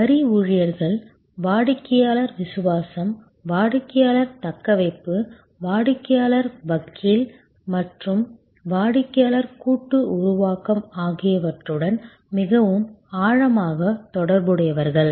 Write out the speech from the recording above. வரி ஊழியர்கள் வாடிக்கையாளர் விசுவாசம் வாடிக்கையாளர் தக்கவைப்பு வாடிக்கையாளர் வக்கீல் மற்றும் வாடிக்கையாளர் கூட்டு உருவாக்கம் ஆகியவற்றுடன் மிகவும் ஆழமாக தொடர்புடையவர்கள்